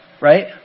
Right